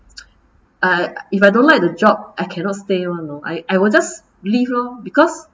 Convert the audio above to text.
uh if I don't like the job I cannot stay [one] lor I I will just leave lor because